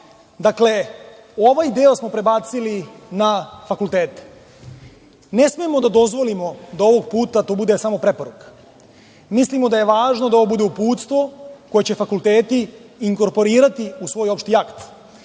dakle, ovaj deo smo prebacili na fakultete. Ne smemo da dozvolimo da ovog puta to bude samo preporuka. Mislimo da je važno da ovo bude uputstvo koje će fakulteti inkorporirati u svoj opšti akt.